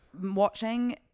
watching